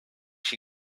she